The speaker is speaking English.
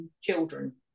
children